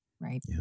Right